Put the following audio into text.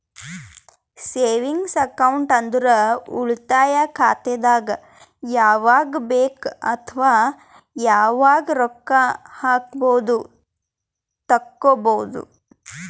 savings account ಅಂದುರ್ ಉಳಿತಾಯ ಖಾತೆದಾಗ್ ಯಾವಗ್ ಬೇಕ್ ಅವಾಗ್ ರೊಕ್ಕಾ ಹಾಕ್ಬೋದು ತೆಕ್ಕೊಬೋದು